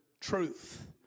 Truth